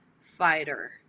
fighter